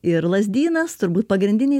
ir lazdynas turbūt pagrindiniai